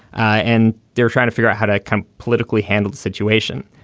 and they're trying to figure out how to can politically handle the situation.